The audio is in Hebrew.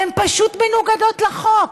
הן פשוט מנוגדות לחוק.